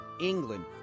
England